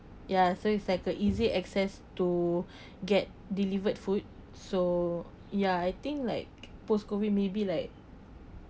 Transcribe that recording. ya so it's like a easy access to get delivered food so ya I think like post COVID maybe like